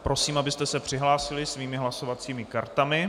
Prosím, abyste se přihlásili svými hlasovacími kartami.